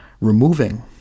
Removing